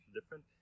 different